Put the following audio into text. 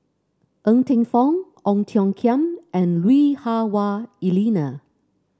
Ng Teng Fong Ong Tiong Khiam and Lui Hah Wah Elena